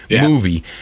movie